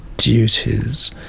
Duties